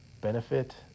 benefit